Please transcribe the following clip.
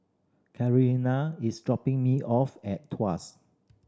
Carolina is dropping me off at Tuas